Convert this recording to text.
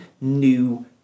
new